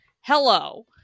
Hello